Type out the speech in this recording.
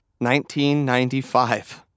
1995